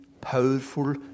powerful